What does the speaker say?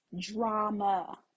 drama